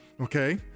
okay